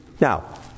Now